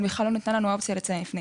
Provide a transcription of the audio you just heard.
אבל בכלל לא ניתנה לנו האופציה לציין לפני.